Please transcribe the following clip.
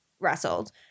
wrestled